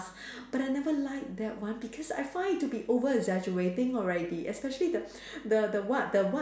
but I never like that one because I find it to be over exaggerating already especially the the the what the what